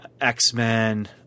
X-Men